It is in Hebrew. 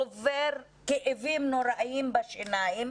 עובר כאבים נוראיים בשיניים,